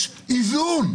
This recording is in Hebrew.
יש איזון.